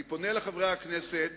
אני פונה אל חברי הכנסת.